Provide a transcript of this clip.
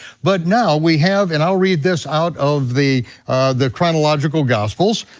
but now we have, and i'll read this out of the the chronological gospels,